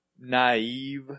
naive